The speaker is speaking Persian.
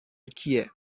کیه